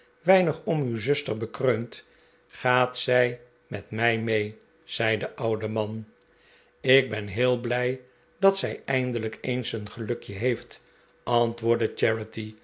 weinig om uw zuster bekreunt gaat zij met mij mee zei de oude man ik ben heel blij dat zij eindelijk eens een gelukje heeft antwoordde